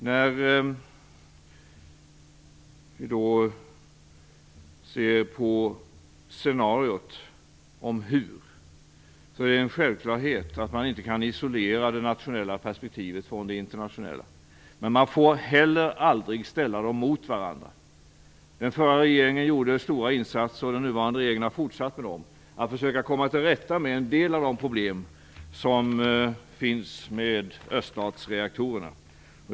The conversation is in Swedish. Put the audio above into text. När vi ser på scenariot över hur är det en självklarhet att man inte kan isolera det nationella perspektivet från det internationella. Men man får heller aldrig ställa dem mot varandra. Den borgerliga regeringen gjorde stora insatser som den socialdemokratiska regeringen har fortsatt med för att försöka komma till rätta med en del av de problem som finns med öststatsreaktorerna.